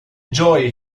joy